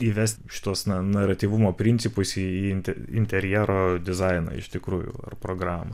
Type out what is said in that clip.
įvest šituos na naratyvumo principus į in interjero dizainą iš tikrųjų ar programą